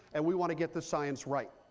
and we want to get the science right.